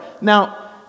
Now